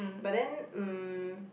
but then mm